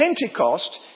Pentecost